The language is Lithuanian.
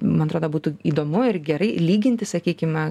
man atrodo būtų įdomu ir gerai lyginti sakykime